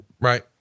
Right